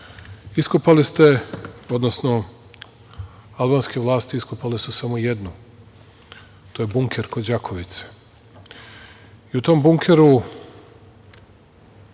Bunker. Iskopali ste, odnosno albanske vlasti iskopale su samo jednu, to je bunker kod Đakovice i u tom bunkeru,